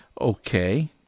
Okay